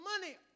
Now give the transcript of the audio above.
money